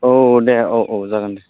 औ दे औ औ जागोन दे